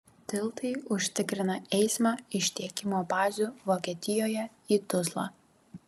tiltai užtikrina eismą iš tiekimo bazių vokietijoje į tuzlą